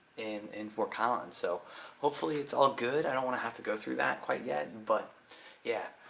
in in fort collins. so hopefully it's all good. i don't want to have to go through that quite yet but yeah.